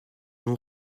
nous